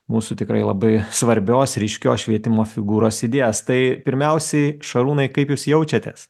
mūsų tikrai labai svarbios ryškios švietimo figūros idėjas tai pirmiausiai šarūnai kaip jūs jaučiatės